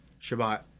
Shabbat